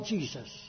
Jesus